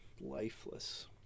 lifeless